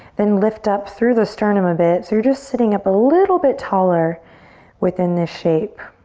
then lift up through the sternum a bit. so you're just sitting up a little bit taller within this shape.